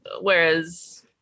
whereas